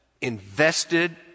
invested